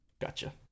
Gotcha